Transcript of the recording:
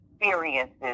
experiences